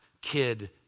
kid